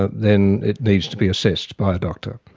then it needs to be assessed by a doctor.